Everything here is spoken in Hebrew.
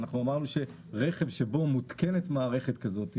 אמרנו שרכב שבו מותקנת מערכת כזו,